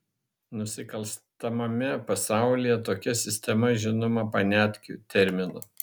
nusikalstamame pasaulyje tokia sistema žinoma paniatkių terminu